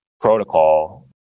protocol